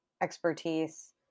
expertise